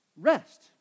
rest